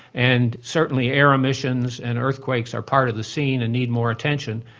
and certainly air emissions and earthquakes are part of the scene and need more attention,